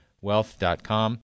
Wealth.com